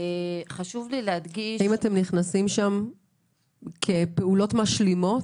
האם אתם נכנסים כפעולה משלימה?